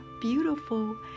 beautiful